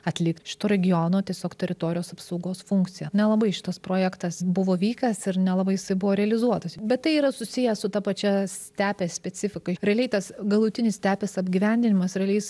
atlikti šito regiono tiesiog teritorijos apsaugos funkciją nelabai šitas projektas buvo vykęs ir nelabai jisai buvo realizuotas bet tai yra susiję su ta pačia stepės specifika realiai tas galutinis stepės apgyvendinimas realiai jisai